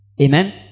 Amen